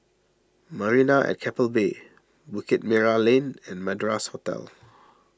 Marina at Keppel Bay Bukit Merah Lane and Madras Hotel